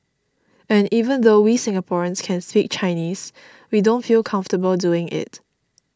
and even though we Singaporeans can speak Chinese we don't feel comfortable doing it